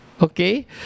Okay